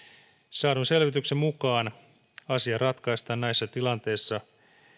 saadun selvityksen mukaan asia ratkaistaan näissä tilanteissa